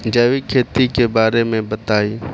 जैविक खेती के बारे में बताइ